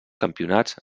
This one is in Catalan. campionats